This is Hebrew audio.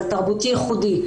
שזה תרבותי ייחודי,